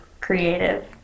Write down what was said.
creative